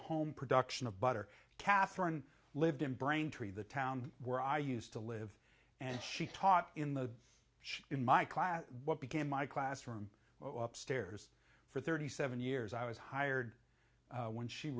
home production of butter catherine lived in braintree the town where i used to live and she taught in the show in my class what became my classroom or up stairs for thirty seven years i was hired when she